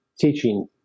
teaching